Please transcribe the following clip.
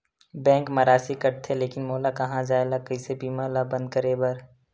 Bank मा राशि कटथे लेकिन मोला कहां जाय ला कइसे बीमा ला बंद करे बार?